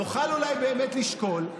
נוכל אולי באמת לשקול.